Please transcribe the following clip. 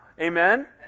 Amen